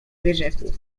wyrzekł